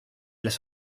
las